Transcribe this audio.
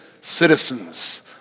citizens